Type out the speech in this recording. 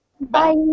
Bye